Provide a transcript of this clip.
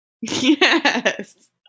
Yes